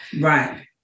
Right